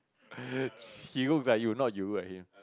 he looks like you not you look like him